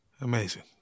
Amazing